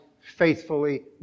faithfully